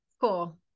Cool